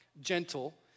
gentle